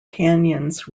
canyons